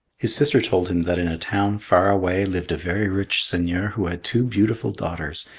his sister told him that in a town far away lived a very rich seigneur who had two beautiful daughters.